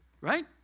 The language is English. right